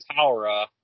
Taura